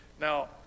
Now